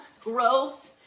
growth